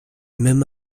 même